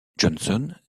johnson